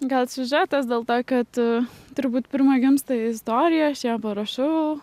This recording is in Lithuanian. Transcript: gal siužetas dėl to kad turbūt pirma gimsta istorija aš ją parašau